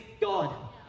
God